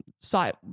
site